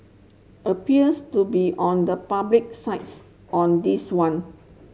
appears to be on the public sides on this one